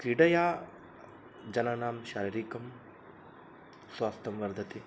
क्रीडया जनानां शारीरिकं स्वास्थं वर्धते